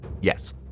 Yes